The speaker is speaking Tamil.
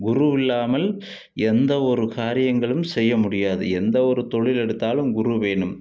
குரு இல்லாமல் எந்த ஒரு காரியங்களும் செய்ய முடியாது எந்த ஒரு தொழில் எடுத்தாலும் குரு வேணும்